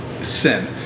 sin